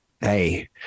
hey